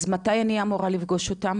אז מתי אני אמורה לפגו אותן?